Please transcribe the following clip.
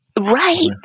Right